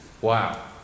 Wow